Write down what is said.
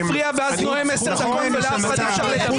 אבל אתה מפריע ואז נואם 10 דקות ולאף אחד מותר לדבר.